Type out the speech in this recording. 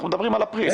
אנחנו מדברים על אפריל.